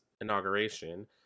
inauguration